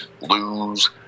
lose